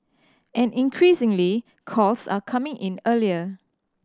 and increasingly calls are coming in earlier